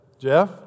Jeff